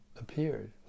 appeared